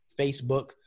facebook